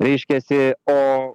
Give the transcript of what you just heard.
reiškiasi o